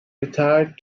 retired